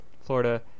Florida